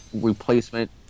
replacement